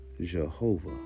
Jehovah